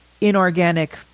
inorganic